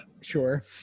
Sure